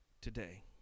today